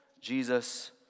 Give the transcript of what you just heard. Jesus